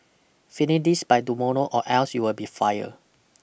finish this by tomorrow or else you will be fire